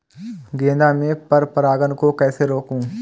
गेंदा में पर परागन को कैसे रोकुं?